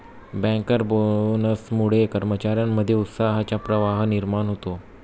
banker बोनसमुळे कर्मचार्यांमध्ये उत्साहाचा प्रवाह निर्माण होतो